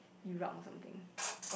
Iraq or something